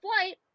flight